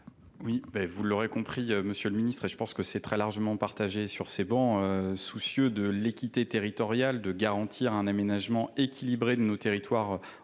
Bah, vous l'aurez compris, M. le ministre, et je pense que c'est très largement partagé sur ces bancs. Euh, soucieux de l'équité territoriale de garantir un aménagement équilibré de nos territoires,